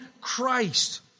Christ